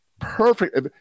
perfect